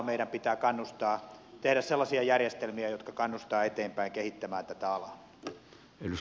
meidän pitää tehdä sellaisia järjestelmiä jotka kannustavat eteenpäin kehittämään tätä alaa